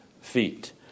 feet